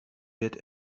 wird